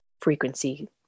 frequency